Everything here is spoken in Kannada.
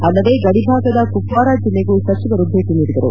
ಅಲ್ಲದೆ ಗಡಿಭಾಗದ ಕುಪ್ವಾರ ಜಿಲ್ಲೆಗೂ ಸಚಿವರು ಭೇಟಿ ನೀಡಿದರು